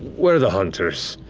we're the hunters.